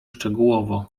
szczegółowo